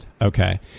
Okay